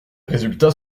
résultats